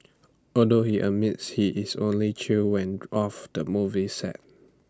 although he admits he is only chill when off the movie set